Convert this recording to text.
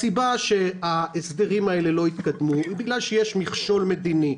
הסיבה שההסדרים האלה לא התקדמו היא בגלל שיש מכשול מדיני.